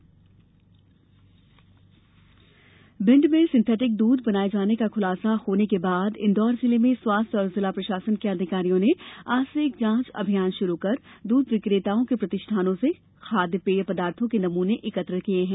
नकली दुघ भिंड में सिंथेटिक दूध बनाये जाने का खुलासा होने के बाद इंदौर जिले में स्वास्थ्य और जिला प्रशासन के अधिकारियों ने आज से एक जांच अभियान शुरू कर दूध विक्रेताओं के प्रतिष्ठानों से खाद्य पेय पदार्थो के नमूने एकत्र किये है